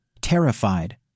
Terrified